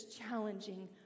challenging